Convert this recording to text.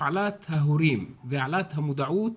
הפעלת ההורים והעלאת המודעות